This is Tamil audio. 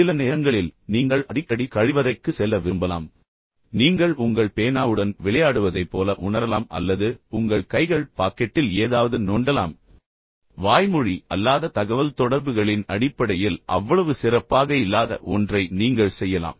சில நேரங்களில் நீங்கள் அடிக்கடி கழிவறைக்கு செல்ல விரும்பலாம் சில நேரங்களில் நீங்கள் உங்கள் பேனாவுடன் விளையாடுவதைப் போல உணரலாம் அல்லது உங்கள் கைகள் சென்று உங்களுக்குத் தெரியாமல் உங்கள் பாக்கெட்டில் ஏதாவது செய்யலாம் வாய்மொழி அல்லாத தகவல்தொடர்புகளின் அடிப்படையில் அவ்வளவு சிறப்பாக இல்லாத ஒன்றை நீங்கள் செய்யலாம்